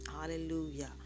Hallelujah